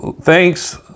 thanks